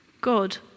God